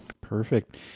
Perfect